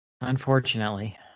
Unfortunately